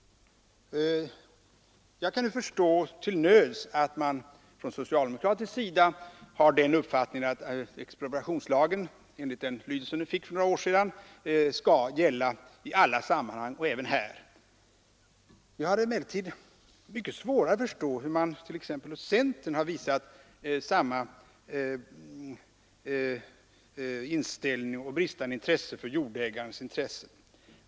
Jag kan till nöds förstå att man från socialdemokratisk sida har den uppfattningen att expropriationslagen, med den lydelse den fick för några år sedan, skall gälla i alla sammanhang, således även här. Vi har emellertid mycket svårare att förstå när man t.ex. hos centern har visat samma inställning och bristande förståelse för jordägarens intresse.